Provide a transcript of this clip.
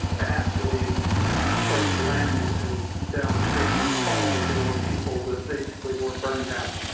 after the first landing and downstream in apollo, there were people that basically were burned out.